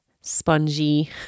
spongy